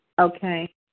Okay